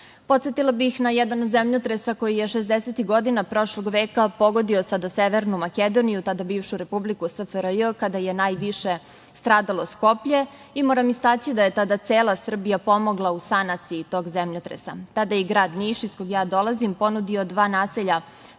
sporazuma. Podsetila bih na jedan zemljotres, a koji je šezdesetih godina prošlog veka pogodio sada Severnu Makedoniju, tada bivšu Republiku SFRJ, kada je najviše stradalo Skoplje. Moram istaći da je tada cela Srbija pomogla u sanaciji tog zemljotresa. Tada je i grad Niš, iz koga ja dolazim, ponudio dva naselja